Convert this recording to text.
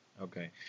Okay